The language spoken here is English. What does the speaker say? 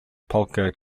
polka